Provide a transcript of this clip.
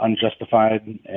unjustified